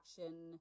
action